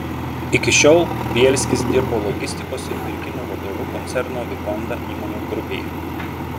iki šiol bielskis dirbo logistikos ir pirkimų vadovu koncerno vikonda įmonių grupėje